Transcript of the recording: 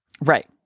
Right